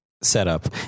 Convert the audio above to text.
setup